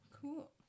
Cool